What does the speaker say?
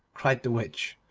cried the witch,